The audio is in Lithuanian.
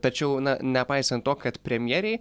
tačiau na nepaisant to kad premjerei